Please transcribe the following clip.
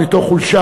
מתוך חולשה,